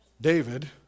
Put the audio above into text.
David